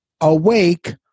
awake